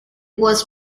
was